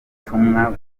butumwa